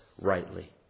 rightly